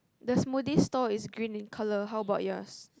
the smoothie store is green in colour how about yours